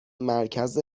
مرکز